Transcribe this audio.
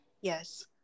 Yes